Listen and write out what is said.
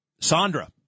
Sandra